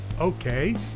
Okay